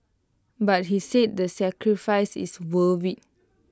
but he said the sacrifice is worth IT